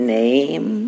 name